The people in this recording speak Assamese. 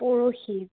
পৰহি